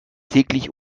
täglich